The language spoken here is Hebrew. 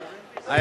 צריך להיות בהיר,